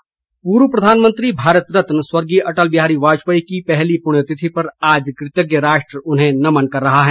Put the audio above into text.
पुण्यतिथि पूर्व प्रधानमंत्री भारत रत्न स्वर्गीय अटल बिहारी वाजपेयी की पहली पुण्यतिथि पर आज कृतज्ञ राष्ट्र उन्हें नमन कर रहा है